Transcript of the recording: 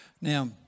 Now